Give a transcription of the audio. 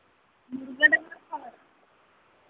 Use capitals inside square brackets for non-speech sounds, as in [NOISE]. Durga [UNINTELLIGIBLE] Soren